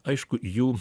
aišku jų